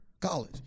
college